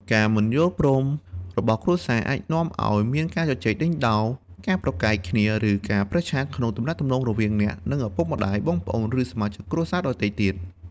ការមិនយល់ព្រមរបស់គ្រួសារអាចនាំឲ្យមានការជជែកដេញដោល ការប្រកែកគ្នា ឬការប្រេះឆាក្នុងទំនាក់ទំនងរវាងអ្នក និងឪពុកម្តាយ បងប្អូន ឬសមាជិកគ្រួសារដទៃទៀត។